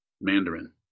Mandarin